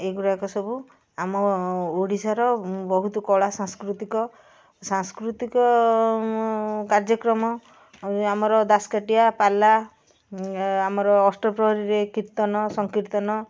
ଏଗୁଡ଼ାକ ସବୁ ଆମ ଓଡ଼ିଶାର ବହୁତ କଳା ସାଂସ୍କୃତିକ ସାଂସ୍କୃତିକ କାର୍ଯ୍ୟକ୍ରମ ଆଉ ଏ ଆମର ଦାସକାଠିଆ ପାଲା ଆମର ଅଷ୍ଟପ୍ରହରୀରେ କୀର୍ତ୍ତନ ସଂକୀର୍ତ୍ତନ